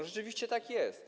Rzeczywiście tak jest.